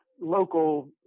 local